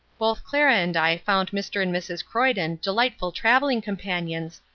both clara and i found mr. and mrs. croyden delightful travelling companions,